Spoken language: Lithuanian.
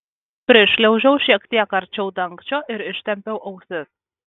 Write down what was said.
prišliaužiau šiek tiek arčiau dangčio ir ištempiau ausis